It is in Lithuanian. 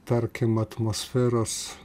tarkim atmosferos